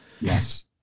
Yes